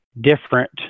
different